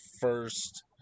first